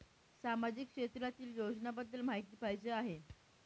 सामाजिक क्षेत्रातील योजनाबद्दल माहिती पाहिजे आहे?